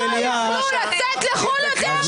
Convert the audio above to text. יוכלו לצאת לחו"ל יותר,